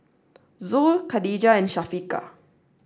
Zul Khadija and Syafiqah